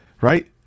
right